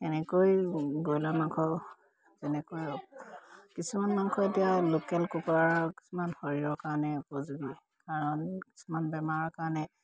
এনেকৈ ব্ৰইলাৰ মাংস যেনেকৈ কিছুমান মাংস এতিয়া লোকেল কুকুৰা কিছুমান শৰীৰৰ কাৰণে উপযোগী কাৰণ কিছুমান বেমাৰৰ কাৰণে